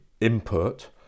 input